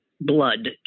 blood